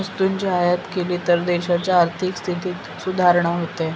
वस्तूची आयात केली तर देशाच्या आर्थिक स्थितीत सुधारणा होते